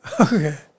Okay